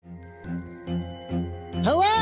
Hello